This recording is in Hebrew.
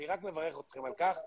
אני רק מברך אתכם על כך,